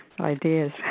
ideas